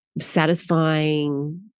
satisfying